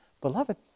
Beloved